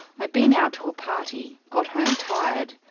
i'd been out to a party, got home tired,